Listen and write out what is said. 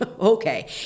okay